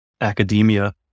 academia